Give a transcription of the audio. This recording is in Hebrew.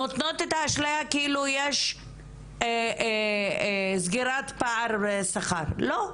נותנות את האשליה כאילו יש סגירת פער שכר, לא,